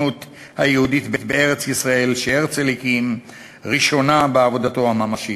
הסוכנות היהודית בארץ-ישראל שהרצל הקים ראשונה בעבודתו הממשית".